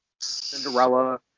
Cinderella